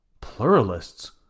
Pluralists